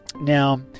Now